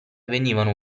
venivano